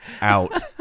out